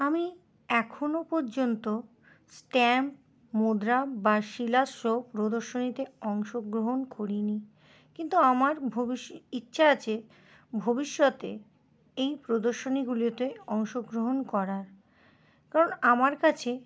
আমি এখনও পর্যন্ত স্ট্যাম্প মুদ্রা বা শিলা প্রদর্শনীতে অংশগ্রহণ করিনি কিন্তু আমার ইচ্ছা আছে ভবিষ্যতে এই প্রদর্শনীগুলিতে অংশগ্রহণ করার কারণ আমার কাছে